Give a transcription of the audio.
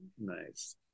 Nice